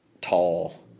tall